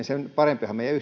sen parempihan meidän